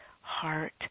heart